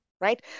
right